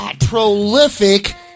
prolific